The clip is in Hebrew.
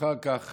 ואחר כך